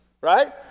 Right